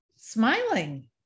Smiling